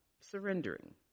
surrendering